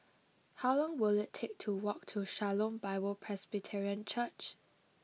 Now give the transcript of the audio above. how long will it take to walk to Shalom Bible Presbyterian Church